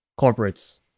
corporates